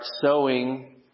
sowing